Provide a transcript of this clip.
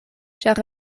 ĉar